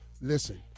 Listen